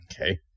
Okay